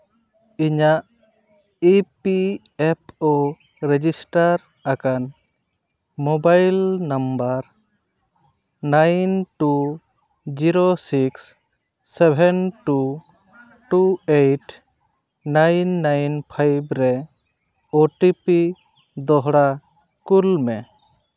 ᱤᱧᱟᱹᱜ E P F O register ᱟᱠᱟᱱ mobile number nine two zero six seven two two eight nine nine five ᱨᱮ O T P ᱫᱚᱦᱲᱟ ᱠᱩᱞ ᱢᱮ